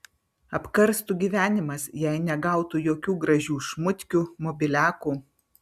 apkarstų gyvenimas jei negautų jokių gražių šmutkių mobiliakų